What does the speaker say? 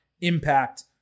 impact